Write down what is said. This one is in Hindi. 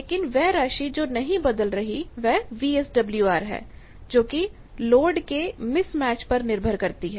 लेकिन वह राशि जो नहीं बदल रही वह वीएसडब्ल्यूआर है जोकि लोड के मिसमैच पर निर्भर करती है